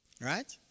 Right